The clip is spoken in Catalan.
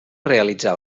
realitzar